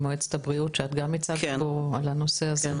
מועצת הבריאות שגם את ייצגת פה על הנושא הזה.